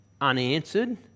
unanswered